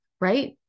right